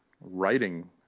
writing